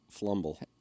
Flumble